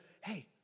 hey